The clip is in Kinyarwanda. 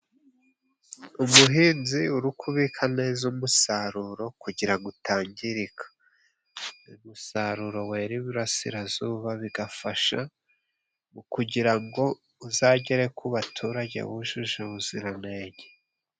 Umuhinzi urikubika neza umusaruro kugira ngo utangirika. Umusaruro wera iburasirazuba bigafasha kugira ngo uzagere ku baturage wujuje ubuziranenge.